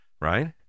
right